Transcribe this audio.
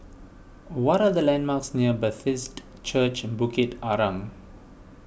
what are the landmarks near Bethesda Church Bukit Arang